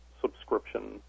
subscription